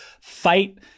fight